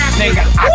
nigga